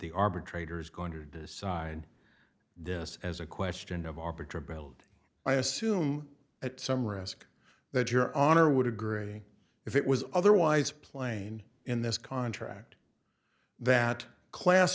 the arbitrator's going to decide this as a question of arbitrary build i assume at some risk that your honor would agree if it was otherwise plain in this contract that class